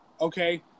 Okay